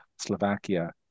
Slovakia